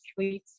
tweets